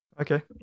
Okay